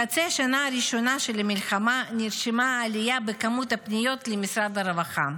בחצי השנה הראשונה של המלחמה נרשמה עלייה במספר הפניות למשרד הרווחה: